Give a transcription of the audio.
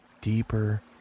deeper